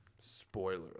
Spoiler